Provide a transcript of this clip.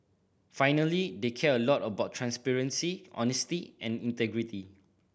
finally they care a lot about transparency honesty and integrity